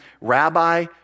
Rabbi